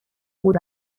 بود